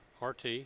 rt